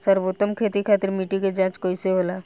सर्वोत्तम खेती खातिर मिट्टी के जाँच कइसे होला?